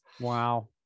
wow